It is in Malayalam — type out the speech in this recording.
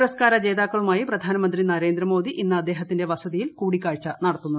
പുരസ്ക്കാര ജേതാക്കളുമായി പ്രധാനമന്ത്രി നരേന്ദ്രമോദി ഇന്ന് അദ്ദേഹത്തിന്റെ വസതിയിൽ കൂടിക്കാഴ്ച നടത്തുന്നുണ്ട്